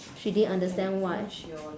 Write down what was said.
she didn't understand why